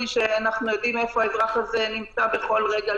שאנחנו יודעים איפה האזרח הזה נמצא בכל רגע.